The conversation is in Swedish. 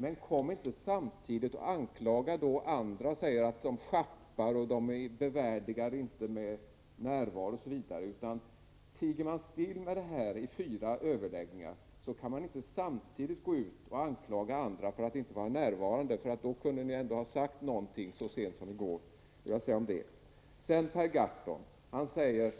Men kom då inte samtidigt och anklaga andra för att ha sjappat och för att de inte bevärdigar debatten med sin närvaro. Tiger man still i fyra överläggningar, bör man sedan inte gå ut och anklaga andra för att inte vara närvarande. Ni kunde ju ha sagt någonting så sent som i går. Per Gahrton säger: